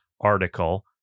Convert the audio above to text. article